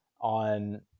On